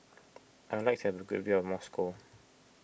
I would like to have a good view of Moscow